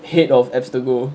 head of abstergo